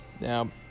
Now